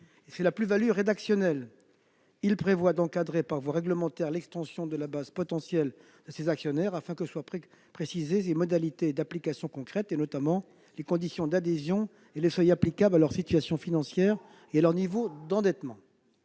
d'autre part, il tend à encadrer par voie réglementaire l'extension de la base potentielle des actionnaires, afin que soient précisées les modalités d'application concrète, notamment les conditions d'adhésion et les seuils applicables à leur situation financière et à leur niveau d'endettement.